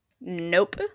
Nope